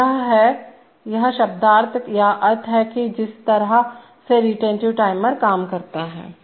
तो यह है यह शब्दार्थक या अर्थ है कि जिस तरह से रिटेंटिव टाइमर काम करता है